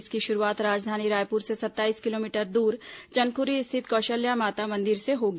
इसकी शुरूआत राजधानी रायपुर से सत्ताईस किलोमीटर दूर चंदखुरी स्थित कौशल्या माता मंदिर से होगी